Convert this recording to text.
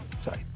Sorry